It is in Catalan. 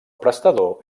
prestador